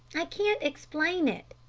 i can't explain it,